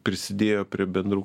prisidėjo prie bendrų